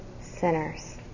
sinners